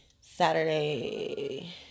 Saturday